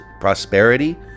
prosperity